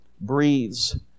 breathes